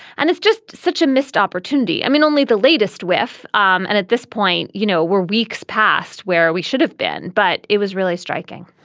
and it's just such a missed opportunity. i mean, only the latest whiff. um and at this point, you know, we're weeks past where we should have been, but it was really striking